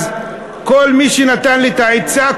אז כל מי שנתן לי את העצה,